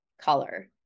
color